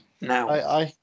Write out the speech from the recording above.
now